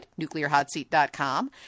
NuclearHotSeat.com